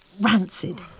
rancid